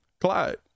Clyde